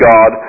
God